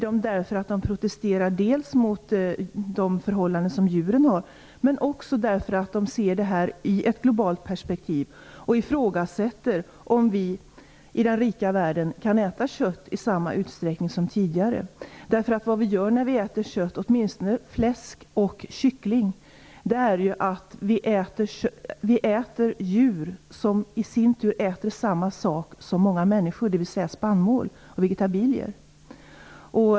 De protesterar mot djurens förhållanden. De protesterar också därför att de ser det här i ett globalt perspektiv och ifrågasätter om vi i den rika världen kan äta kött i samma utsträckning som tidigare. När vi äter kött - åtminstone gäller det fläsk och kyckling - äter vi ju djur, som i sin tur äter samma saker som många människor, nämligen spannmål och vegetabilier.